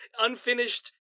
unfinished